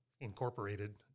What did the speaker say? Incorporated